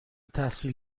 تحصیل